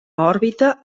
òrbita